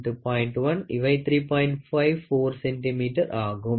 இது 3